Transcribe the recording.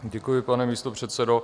Děkuji, pane místopředsedo.